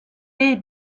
est